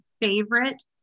favorite